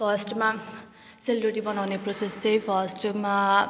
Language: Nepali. फर्स्टमा सेलरोटी बनाउने प्रोसेस चाहिँ फर्स्टमा